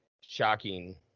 shocking